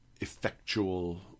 effectual